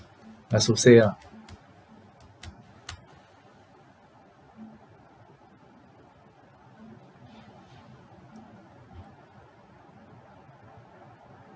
as you say ah